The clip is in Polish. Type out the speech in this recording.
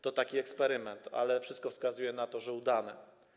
To taki eksperyment, ale wszystko wskazuje na to, że udany.